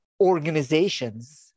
organizations